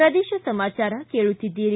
ಪ್ರದೇಶ ಸಮಾಚಾರ ಕೇಳುತ್ತೀದ್ದಿರಿ